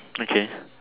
okay